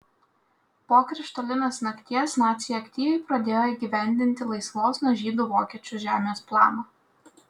po krištolinės nakties naciai aktyviai pradėjo įgyvendinti laisvos nuo žydų vokiečių žemės planą